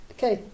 Okay